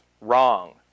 Wrong